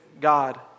God